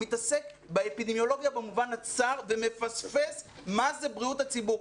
הוא מתעסק באפידמיולוגיה במובן הצר ומפספס מה זה בריאות הציבור.